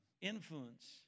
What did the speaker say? Influence